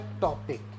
topic